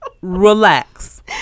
relax